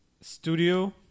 studio